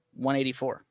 184